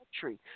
country